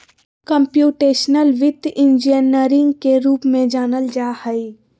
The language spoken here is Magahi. कम्प्यूटेशनल वित्त इंजीनियरिंग के रूप में जानल जा हइ